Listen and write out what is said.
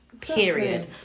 Period